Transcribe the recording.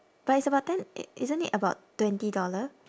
but it's about ten i~ isn't it about twenty dollar